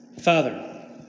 Father